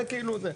זה כאילו זה.